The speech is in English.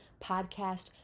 podcast